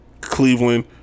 cleveland